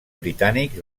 britànics